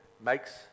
makes